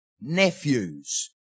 nephews